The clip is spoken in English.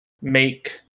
make